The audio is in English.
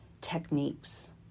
techniques